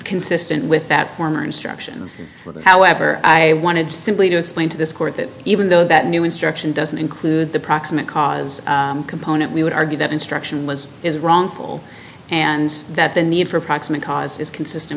consistent with that form or instruction however i wanted simply to explain to this court that even though that new instruction doesn't include the proximate cause component we would argue that instruction was is wrongful and that the need for proximate cause is consistent